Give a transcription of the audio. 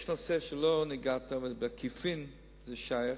יש נושא שלא ניגע בו, אבל בעקיפין זה שייך.